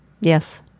Yes